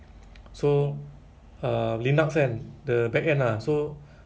ah error error dia akan email kan so times ten kan times ten